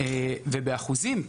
באחוזים,